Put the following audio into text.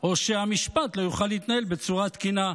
או שהמשפט לא יוכל להתנהל בצורה תקינה.